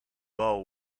bowl